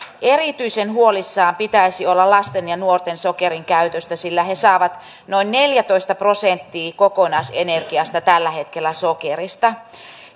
erityisen huolissaan pitäisi olla lasten ja nuorten sokerin käytöstä sillä he saavat noin neljätoista prosenttia kokonaisenergiasta tällä hetkellä sokerista